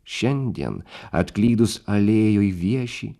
šiandien atklydus alėjoj vieši